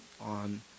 on